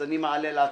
אני מעלה להצבעה.